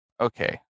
okay